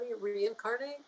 reincarnate